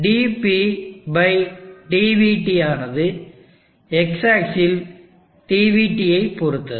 dpdvT ஆனது X ஆக்சில் dvTஐ பொருத்தது